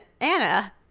Anna